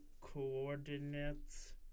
coordinates